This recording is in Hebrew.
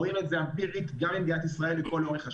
רואים את זה אמפירית גם במדינת ישראל לאורך השנים.